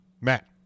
Matt